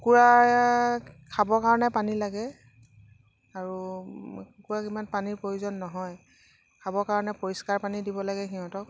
কুকুৰাক খাবৰ কাৰণে পানী লাগে আৰু কুকুৰা ইমান পানীৰ প্ৰয়োজন নহয় খাবৰ কাৰণে পৰিষ্কাৰ পানী দিব লাগে সিহঁতক